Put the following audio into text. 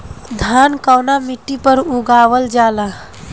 धान कवना मिट्टी पर उगावल जाला?